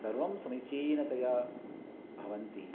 सर्वं समीचीनतया भवन्ति